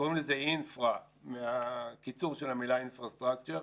קוראים לזה infra מהקיצור של המילה infrastructure,